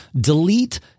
Delete